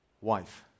wife